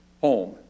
home